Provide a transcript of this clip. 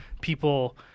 people